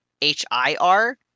H-I-R